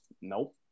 Nope